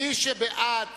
מי שבעד